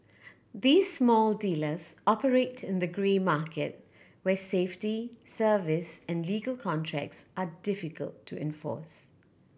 these small dealers operate in the grey market where safety service and legal contracts are difficult to enforce